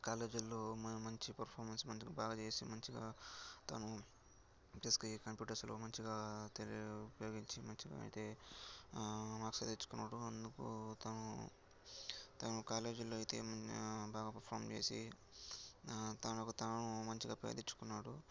కాలేజీలో మ మంచి పర్ఫార్మెన్స్ బాగా చేసి మంచిగా తను బీఎస్సీ కంప్యూటర్స్లో మంచిగా తెలివి ఉపయోగించి మంచిగా అయితే మార్క్సే తెచ్చుకున్నాడు అందుకు తను తను కాలేజీలో అయితే బాగా పర్ఫార్మ్ చేసి తనకి తాను మంచిగా పేరు తెచ్చుకున్నాడు